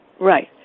right